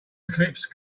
eclipse